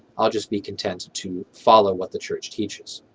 i'll just be content to follow what the church teaches.